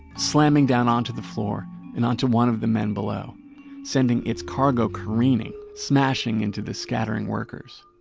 slamming down onto the floor and onto one of the men below sending its cargo careening, smashing into the scattering workers.